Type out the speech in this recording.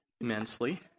immensely